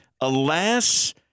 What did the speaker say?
Alas